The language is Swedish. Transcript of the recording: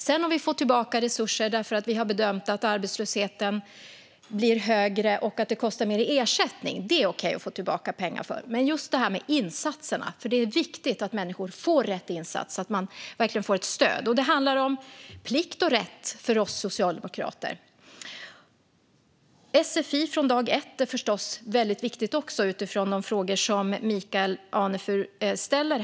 Om vi sedan får tillbaka resurser därför att vi hade bedömt att arbetslösheten skulle bli högre och att det skulle kosta mer i ersättning är det okej. Men det här gäller insatserna, för det är viktigt att människor får rätt insatser så att de verkligen får stöd. Det handlar om plikt och rätt för oss socialdemokrater. Sfi från dag ett är förstås också viktigt utifrån de frågor som Michael Anefur ställer.